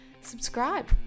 subscribe